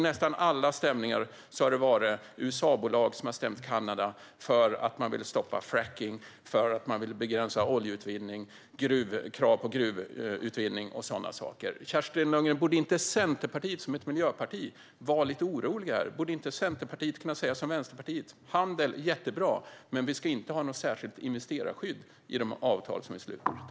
I nästan alla stämningar har det varit USA-bolag som har stämt Kanada för att de vill stoppa frackning, för att de vill begränsa oljeutvinning, krav på utvinning i gruvor och så vidare. Kerstin Lundgren, borde inte Centerpartiet som ett miljöparti vara lite oroliga i fråga om detta? Borde inte Centerpartiet kunna säga som Vänsterpartiet, att det är jättebra med handel men att vi inte ska ha något särskilt investerarskydd i de avtal som sluts?